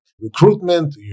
recruitment